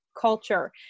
culture